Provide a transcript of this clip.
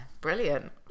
brilliant